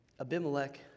Abimelech